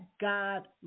God